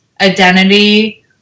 identity